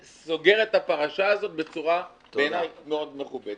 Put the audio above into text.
סוגרת את הפרשה הזאת בעיניי בצורה מכובדת מאוד.